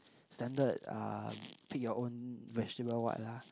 standard uh pick your own vegetable what lah